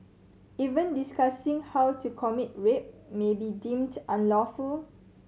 even discussing how to commit rape may be deemed unlawful